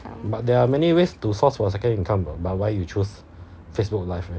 but there are many ways to source for second income [what] but why you chose facebook live